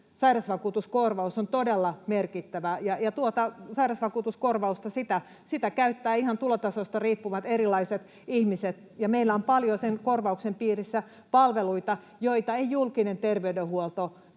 sairausvakuutuskorvaus on todella merkittävä. Tuota sairausvakuutuskorvausta käyttävät ihan tulotasosta riippumatta erilaiset ihmiset. Meillä on paljon sen korvauksen piirissä palveluita, joita ei julkinen terveydenhuolto